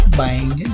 buying